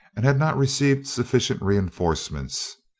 and had not received sufficient reinforcements.